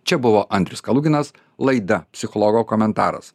čia buvo andrius kaluginas laida psichologo komentaras